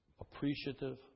appreciative